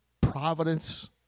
providence